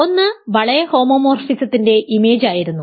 ഒന്ന് വളയ ഹോമോമോർഫിസത്തിന്റെ ഇമേജ് ആയിരുന്നു